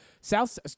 South